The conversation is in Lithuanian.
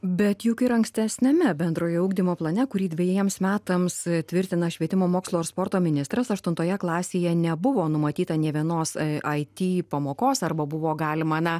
bet juk ir ankstesniame bendrojo ugdymo plane kurį dvejiems metams tvirtina švietimo mokslo ir sporto ministras aštuntoje klasėje nebuvo numatyta nė vienos ai ty pamokos arba buvo galima na